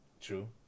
true